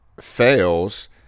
fails